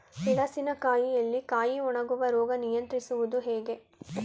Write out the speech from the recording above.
ಮೆಣಸಿನ ಕಾಯಿಯಲ್ಲಿ ಕಾಯಿ ಒಣಗುವ ರೋಗ ನಿಯಂತ್ರಿಸುವುದು ಹೇಗೆ?